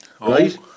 right